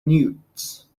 newts